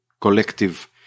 collective